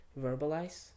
verbalize